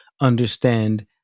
understand